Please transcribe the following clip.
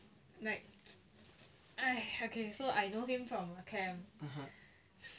like !hais! I know him from camp